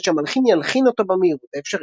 שהמלחין ילחין אותו במהירות האפשרית.